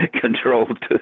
controlled